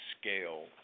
scale